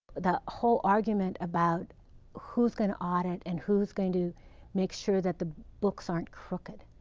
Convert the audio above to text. the whole argument about who's going to audit and who's going to make sure that the books aren't crooked.